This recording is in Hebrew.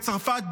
בצרפת,